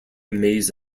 maze